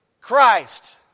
Christ